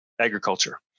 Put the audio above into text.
agriculture